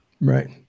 Right